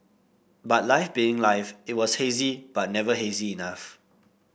but life being life it was hazy but never hazy enough